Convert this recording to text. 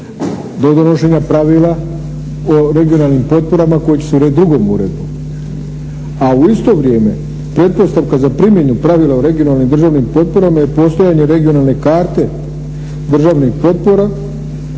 do donošenja pravila o regionalnim potporama koje će urediti drugom uredbom. A u isto vrijeme pretpostavka za primjenu pravila u regionalnim državnim potporama je postojanje regionalne karte državnih potpora